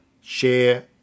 share